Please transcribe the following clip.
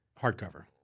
Hardcover